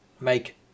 make